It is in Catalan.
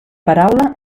paraula